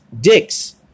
dicks